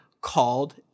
called